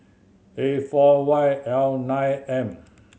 A four Y L nine M